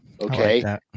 Okay